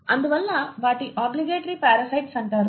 అందువల్ల వాటిని obligatory parasites అంటారు